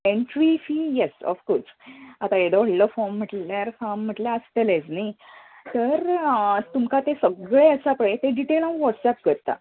entry fee as of course आतां येदो वडलो फार्म म्हटल्यार फार्म म्हटल्यार आसतलेच नी तर तुमका तें सगळे आसा पय डिटेलान व्हॉट्सेप करता